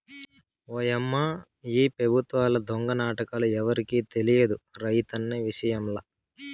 ఓయమ్మా ఈ పెబుత్వాల దొంగ నాటకాలు ఎవరికి తెలియదు రైతన్న విషయంల